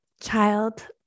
Child